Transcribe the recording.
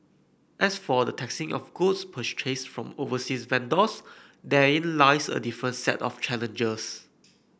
as for the taxing of goods purchased from overseas vendors therein lies a different set of challenges